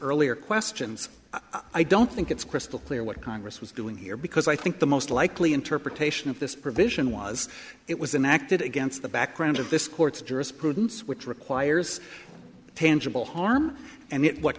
earlier questions i don't think it's crystal clear what congress was doing here because i think the most likely interpretation of this provision was it was an acted against the background of this court's jurisprudence which requires tangible harm and